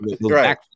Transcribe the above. Right